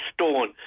stone